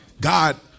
God